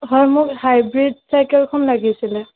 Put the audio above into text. হয় মোক হাইব্ৰীড চাইকেলখন লাগিছিলে